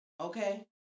Okay